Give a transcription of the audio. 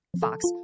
Fox